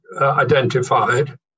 identified